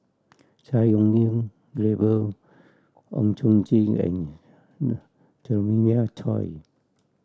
Chai Hon Yoong Gabriel Oon Chong Jin and Jeremiah Choy